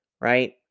Right